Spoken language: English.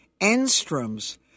Enstrom's